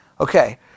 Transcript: Okay